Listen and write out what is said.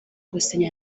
gusinya